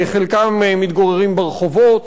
חלקם מתגוררים ברחובות,